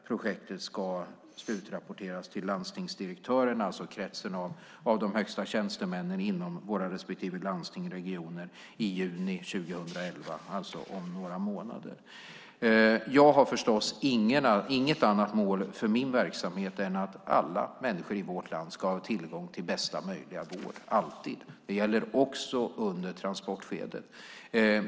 Projektet ska slutrapporteras till landstingsdirektörerna, det vill säga kretsen av de högsta tjänstemännen inom våra respektive landsting och regioner, i juni 2011, det vill säga om några månader. Jag har förstås inget annat mål för min verksamhet än att alla människor i vårt land ska ha tillgång till bästa möjliga vård alltid. Det gäller också under transportskedet.